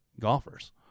golfers